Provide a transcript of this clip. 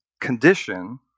condition